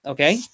Okay